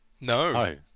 No